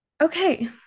okay